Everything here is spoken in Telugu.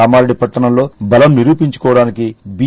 కామారెడ్డి పట్టణంలో బలం నిరూపించుకోవడానికి బి